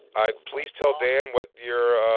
i please tell dan what your, ah.